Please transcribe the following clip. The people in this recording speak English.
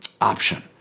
option